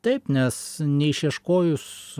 taip nes neišieškojus